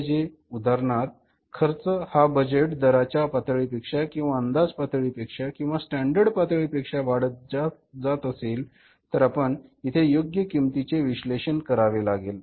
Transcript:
उदाहरणार्थ खर्च हा बजेट दराच्या पातळीपेक्षा किंवा अंदाज पातळी पेक्षा किंवा स्टॅंडर्ड पातळी पेक्षा वाढत जात असेल तर आपणास इथे योग्य किंमतीचे विश्लेषण करावे लागेल